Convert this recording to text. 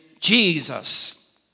Jesus